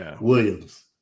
Williams